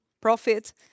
profit